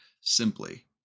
simply